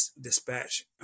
dispatch